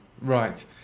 right